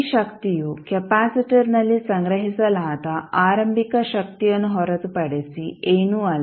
ಈ ಶಕ್ತಿಯು ಕೆಪಾಸಿಟರ್ನಲ್ಲಿ ಸಂಗ್ರಹಿಸಲಾದ ಆರಂಭಿಕ ಶಕ್ತಿಯನ್ನು ಹೊರತುಪಡಿಸಿ ಏನೂ ಅಲ್ಲ